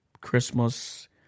Christmas